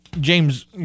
James